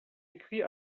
écrit